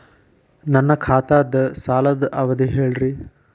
ನನ್ನ ಖಾತಾದ್ದ ಸಾಲದ್ ಅವಧಿ ಹೇಳ್ರಿ